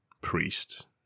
priest